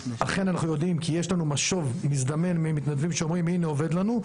אכן אנחנו יודעים כי יש לנו משוב מזדמן ממתנדבים שרואים 'הנה עובד לנו'.